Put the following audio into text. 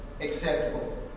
acceptable